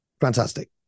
Fantastic